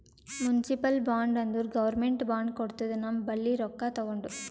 municipal bond ಅಂದುರ್ government bond ಕೊಡ್ತುದ ನಮ್ ಬಲ್ಲಿ ರೊಕ್ಕಾ ತಗೊಂಡು